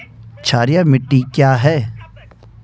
क्षारीय मिट्टी क्या है?